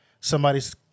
Somebody's